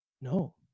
No